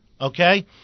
okay